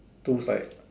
two side